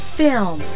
film